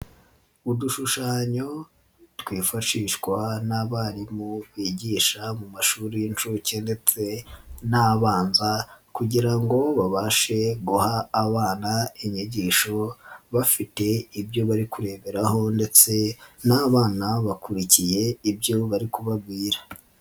Udushushanyo twifashishwa n'abarimu bigisha mu mashuri y'incuke ndetse n'abanza kugira ngo babashe guha abana inyigisho bafite ibyo bari kureberaho ndetse n'abana bakurikiye ibyo bari kubabwira.